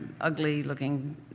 ugly-looking